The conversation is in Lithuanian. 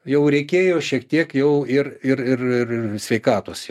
jau reikėjo šiek tiek jau ir ir ir sveikatos